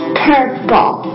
purple